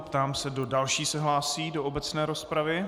Ptám se, kdo další se hlásí do obecné rozpravy.